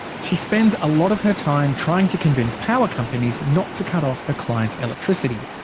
she spends a lot of her time trying to convince power companies not to cut off her client's electricity.